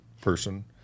person